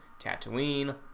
tatooine